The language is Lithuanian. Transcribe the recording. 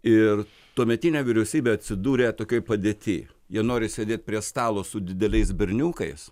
ir tuometinė vyriausybė atsidūrė tokioj padėty jie nori sėdėt prie stalo su dideliais berniukais